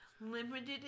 limited